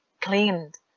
cleaned